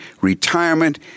retirement